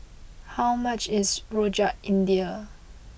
how much is Rojak India